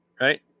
right